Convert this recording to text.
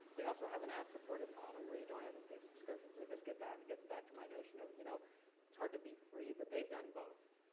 they also have an ad supported model where you don't have to pay subscription, so this gets back gets back to my notion of, you know it's hard to beat free, but they've done both.